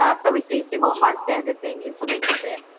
ah so we see a similar high standard being implemented there.